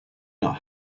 not